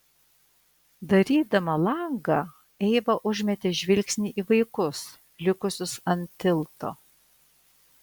darydama langą eiva užmetė žvilgsnį į vaikus likusius ant tilto